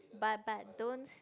but but don't